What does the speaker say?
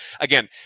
again